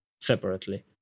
separately